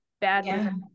bad